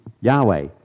Yahweh